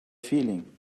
feeling